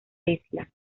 isla